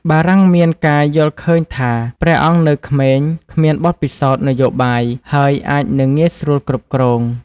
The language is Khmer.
បារាំងមានការយល់ឃើញថា ព្រះអង្គនៅក្មេង គ្មានបទពិសោធន៍នយោបាយ ហើយអាចនឹងងាយស្រួលគ្រប់គ្រង។